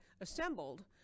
assembled